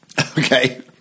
Okay